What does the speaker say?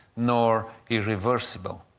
nor irreversible.